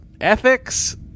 ethics